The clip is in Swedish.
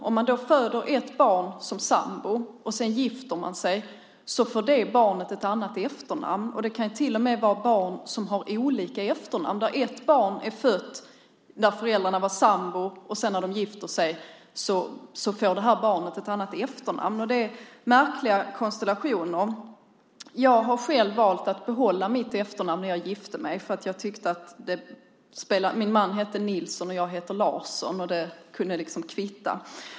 Om man föder ett barn som sambo och sedan gifter sig får det barnet ett annat efternamn. Barnen kan till och med få olika efternamn. Ett barn kan födas när föräldrarna är sambor, och när föräldrarna sedan gifter sig har barnet ett annat efternamn. Det är märkligt. Jag valde själv att behålla mitt efternamn när jag gifte mig, för jag tyckte att det spelade mindre roll. Min man heter Nilsson, och jag heter Larsson. Det kunde liksom kvitta.